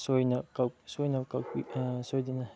ꯁꯣꯏꯗꯅ